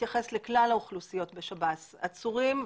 מתייחס לכלל האוכלוסיות בשב"ס עצורים,